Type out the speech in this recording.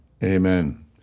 Amen